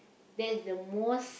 that is the most